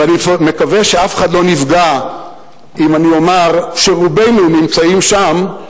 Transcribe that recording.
ואני מקווה שאף אחד לא ייפגע אם אומר שרובנו נמצאים שם,